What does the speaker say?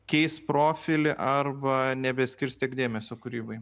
keis profilį arba nebeskirs tiek dėmesio kūrybai